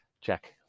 Check